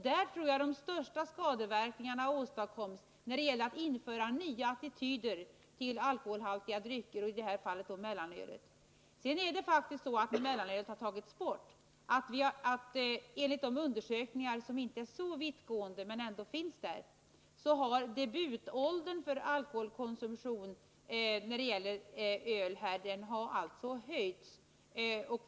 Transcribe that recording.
Där tror jag att de största skadeverkningarna åstadkoms när det gällde att införa nya attityder till alkoholhaltiga drycker — i detta fall mellanölet. Enligt undersökningar, som inte är så vittgående men ändå finns, har debutåldern för alkoholkonsumtion när det gäller öl höjts efter det att mellanölet togs bort.